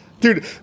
Dude